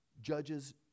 judges